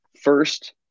first